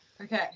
Okay